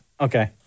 Okay